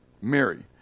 Mary